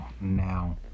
now